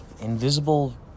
invisible